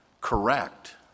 Correct